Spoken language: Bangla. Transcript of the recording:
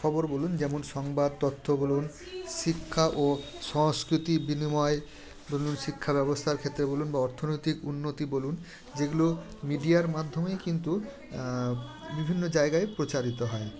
খবর বলুন যেমন সংবাদ তথ্য বলুন শিক্ষা ও সংস্কৃতির বিনিময় বলুন শিক্ষাব্যবস্থার ক্ষেত্রে বলুন বা অর্থনৈতিক উন্নতি বলুন যেগুলো মিডিয়ার মাধ্যমেই কিন্তু বিভিন্ন জায়গায় প্রচারিত হয়